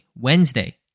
Wednesday